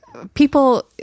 People